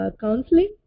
counseling